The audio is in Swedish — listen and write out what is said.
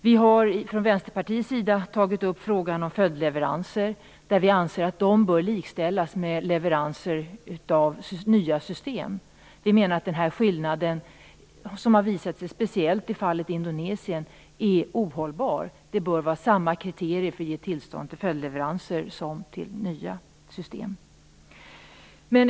Vi har från Vänsterpartiets sida tagit upp frågan om följdleveranser. Vi anser att de bör likställas med leveranser av nya system. Vi menar att den här skillnaden som har visat sig speciellt i fallet Indonesien är ohållbar. Samma kriterier bör gälla för att ge tillstånd till följdleveranser som till nya system.